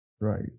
Right